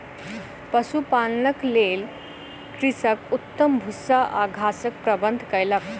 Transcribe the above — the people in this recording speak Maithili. पशुपालनक लेल कृषक उत्तम भूस्सा आ घासक प्रबंध कयलक